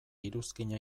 iruzkina